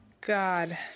god